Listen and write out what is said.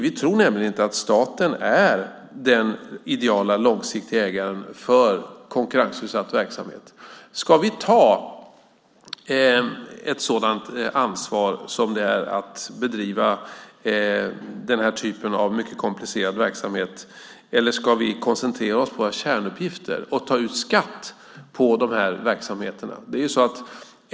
Vi tror nämligen inte att staten är den ideala långsiktiga ägaren för konkurrensutsatt verksamhet. Ska vi ta ett sådant ansvar som det är att bedriva den typen av mycket komplicerad verksamhet eller ska vi koncentrera oss på våra kärnuppgifter och ta ut skatt på de verksamheterna?